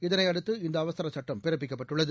இதனைஅடுத்து இந்தஅவசரசட்டம் பிறப்பிக்கப்பட்டுள்ளது